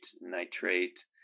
nitrate